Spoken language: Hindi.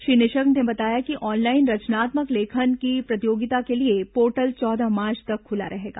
श्री निशंक ने बताया कि ऑनलाइन रचनात्मक लेखन की प्रतियोगिता के लिए पोर्टल चौदह मार्च तक खुला रहेगा